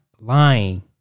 Lying